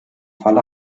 falle